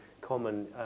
common